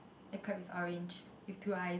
the crab is orange with two eyes